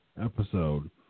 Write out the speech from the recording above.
episode